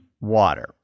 water